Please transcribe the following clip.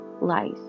life